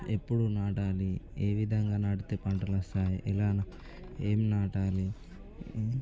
ఎప్పుడు నాటాలి ఏవిధంగా నాటితే పంటలొస్తాయి ఇలా ఏమి నాటాలి